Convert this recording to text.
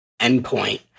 endpoint